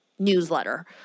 newsletter